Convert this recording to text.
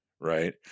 right